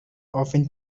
often